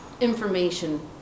information